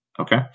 Okay